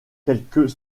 quelques